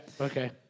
okay